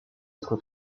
être